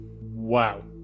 Wow